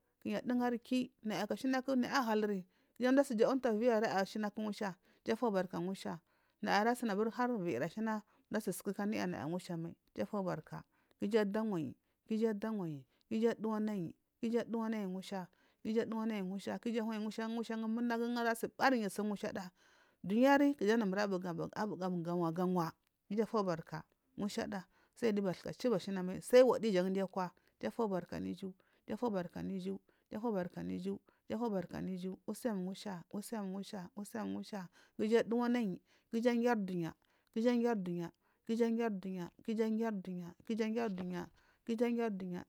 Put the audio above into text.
Kunayi adungariki. Naya ka asin ka ja naya ashaluri ja umdu asi jau inview araya ashluna ngusha iju afidranka ngusha naya arasuni har viyiri ashana mdu asi suku anuya mai ngusha iju afudanka iju awayi iju adawoyi ku iju adiminayi ku iju aduwena yi ngusha ku iju anayi ngusha gu munagu ungura asi banyi su ngusha da dunyari kuje namur abu ganwa ganwa iju afu baka ngusha sayi giyu bathka chuba ashianu mai sai wadi jan giyu akuwa iju afubaka anu iju. Iju afubaka anu iju iju afubaka anu iju. Ngusha usim ngusha usim ngusha ku ija aduwanayi ku iju aguri dunya ku iju agari dunya ku iju agiyari dunya ku iju agiyari dunya